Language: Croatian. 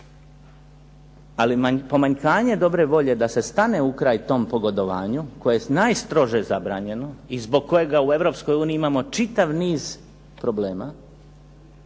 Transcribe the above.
Ali pomanjkanje dobre volje da se stane u kraj tom pogodovanju koje je najstrože zabranjeno i zbog kojeg u Europskoj uniji imamo čitav niz problema,